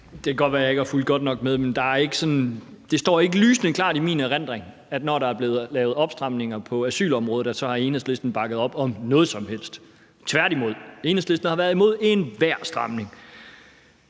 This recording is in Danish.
Det kan godt være, at jeg ikke har fulgt godt nok med, men det står ikke lysende klart i min erindring, at Enhedslisten, når der er blevet lavet opstramninger på asylområdet, har bakket op om noget som helst. Tværtimod, Enhedslisten har været imod enhver stramning.